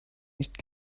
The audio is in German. nicht